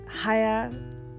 higher